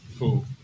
Cool